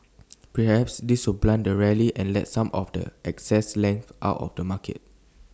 perhaps this will blunt the rally and let some of the excess length out of the market